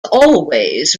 always